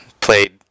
Played